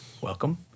Welcome